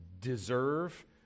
deserve